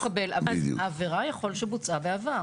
ממשיכים לקבל, העבירה יכול להיות שבוצעה בעבר.